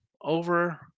over